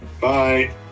Bye